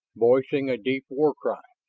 voicing a deep war cry.